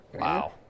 Wow